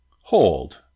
Hold